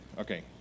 Okay